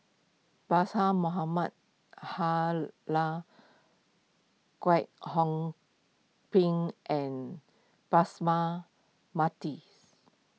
Kwek Hong Png and Mathis